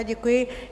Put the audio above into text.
Děkuji.